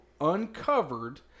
uncovered